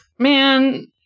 Man